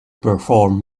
perform